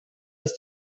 ist